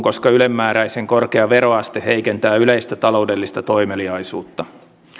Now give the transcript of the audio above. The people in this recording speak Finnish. koska ylenmääräisen korkea veroaste heikentää yleistä taloudellista toimeliaisuutta